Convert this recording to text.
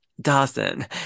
Dawson